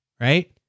right